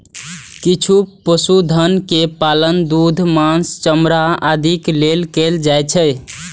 किछु पशुधन के पालन दूध, मासु, चमड़ा आदिक लेल कैल जाइ छै